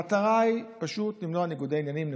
המטרה היא פשוט למנוע ניגודי עניינים.